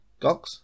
Gox